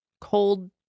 cold